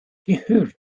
gehör